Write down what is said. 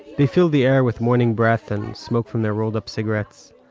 they fill the air with morning breath and smoke from their rolled up cigarettes.